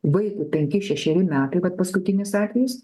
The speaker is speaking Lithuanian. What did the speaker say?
vaikui penki šešeri metai vat paskutinis atvejis